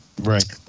Right